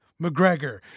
McGregor